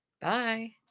Bye